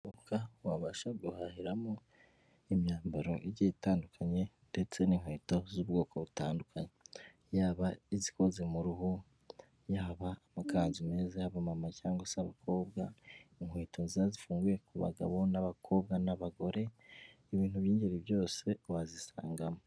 Iduka wabasha guhahiramo imyambaro igiye itandukanye, ndetse n'inkweto z'ubwoko butandukanye. Yaba izikoze mu ruhu. yaba amakanzu meza y'abamama cyangwa se abakobwa, inkweto nziza zifunguye ku bagabo n'abakobwa n'abagore. ibintu by'ingeri byose wazisangamo.